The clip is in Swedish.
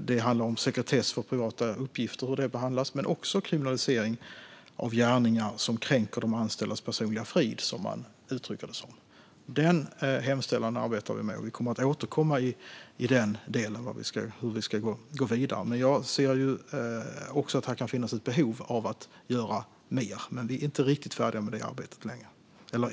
Det handlar om sekretess för privata uppgifter, hur det behandlas. Men det handlar också om kriminalisering av gärningar som kränker de anställdas personliga frid - det är så man uttrycker det. Den hemställan arbetar vi med, och vi kommer att återkomma om hur vi ska gå vidare i den delen. Men jag ser också att det kan finnas behov av att göra mer, men vi är inte riktigt färdiga med det arbetet ännu.